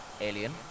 Alien